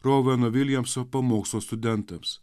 roveno viljamso pamokslo studentams